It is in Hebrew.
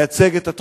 מייצג את התחושה,